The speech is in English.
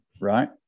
right